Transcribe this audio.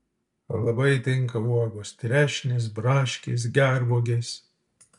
labai tinka uogos trešnės braškės gervuogės